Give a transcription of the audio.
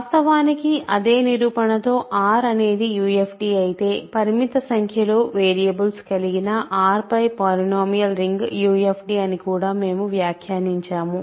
వాస్తవానికి అదే నిరూపణతో R అనేది UFD అయితే పరిమిత సంఖ్యలో వేరియబుల్స్ కలిగిన R పై పాలినోమియల్ రింగ్ UFD అని కూడా మేము వ్యాఖ్యానించాము